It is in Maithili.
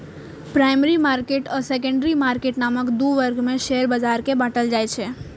प्राइमरी मार्केट आ सेकेंडरी मार्केट नामक दू वर्ग मे शेयर बाजार कें बांटल जाइ छै